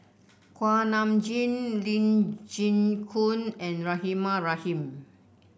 Kuak Nam Jin Lee Chin Koon and Rahimah Rahim